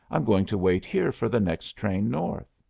i'm going to wait here for the next train north.